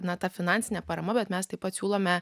na ta finansinė parama bet mes taip pat siūlome